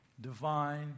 divine